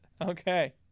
okay